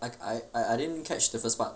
I I I didn't catch the first part